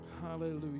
Hallelujah